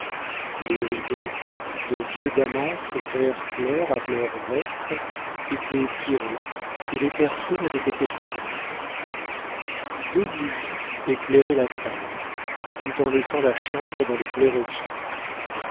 les rideaux de vieux damas vert clair à fleurs vertes étaient tirés et les persiennes avaient été fermées deux bougies éclairaient la table tout en laissant la chambre dans le clair-obscur